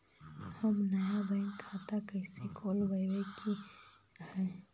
हम नया बैंक खाता कैसे खोलबाबे के है?